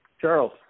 Charles